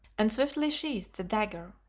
and swiftly sheathed the dagger.